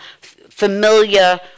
familiar